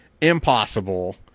impossible